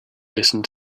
listened